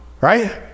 Right